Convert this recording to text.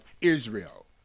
Israel